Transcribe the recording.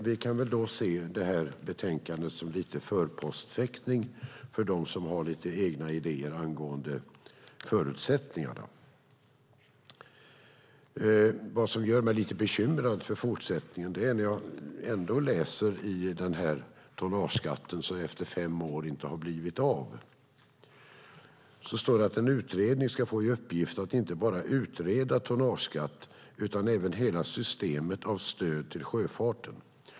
Vi kan väl då se det här betänkandet som en förpostfäktning för dem som har lite egna idéer angående förutsättningarna. Vad som gör mig lite bekymrad för fortsättningen är när jag läser om tonnageskatten, som efter fem år inte har blivit av. Det står att en utredning ska få i uppgift att utreda inte bara tonnageskatt utan även hela systemet av stöd till sjöfarten.